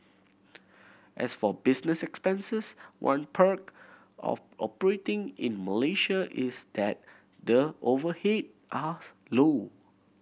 as for business expenses one perk of operating in Malaysia is that the overhead are low